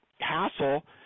hassle